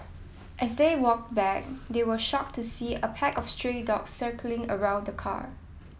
as they walked back they were shocked to see a pack of stray dogs circling around the car